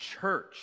church